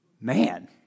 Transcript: Man